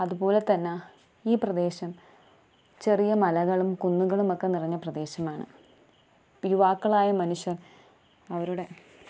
അതുപോലെത്തന്നാ ഈ പ്രദേശം ചെറിയ മലകളും കുന്നുകളും ഒക്കെ നിറഞ്ഞ പ്രദേശമാണ് ഇപ്പോൾ യുവാക്കളായ മനുഷ്യർ അവരുടെ